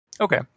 Okay